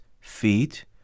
feet